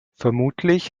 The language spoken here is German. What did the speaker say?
vermutlich